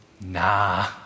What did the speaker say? nah